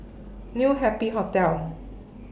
New Happy Hotel